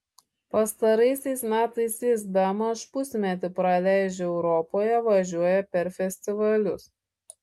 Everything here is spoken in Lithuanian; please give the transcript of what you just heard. pastaraisiais metais jis bemaž pusmetį praleidžia europoje važiuoja per festivalius